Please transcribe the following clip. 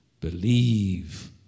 Believe